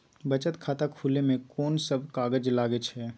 बचत खाता खुले मे कोन सब कागज लागे छै?